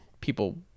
people